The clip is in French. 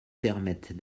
permettent